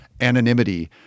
anonymity